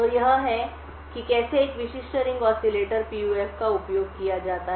तो यह है कि कैसे एक विशिष्ट रिंग ऑसिलेटर PUF का उपयोग किया जाता है